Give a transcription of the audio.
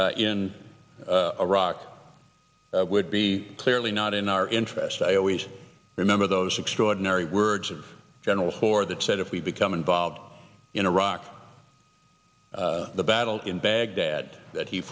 in iraq would be clearly not in our interest i always remember those extraordinary words of general hoar that said if we become involved in iraq the battle in baghdad that he